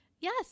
Yes